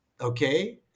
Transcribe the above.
okay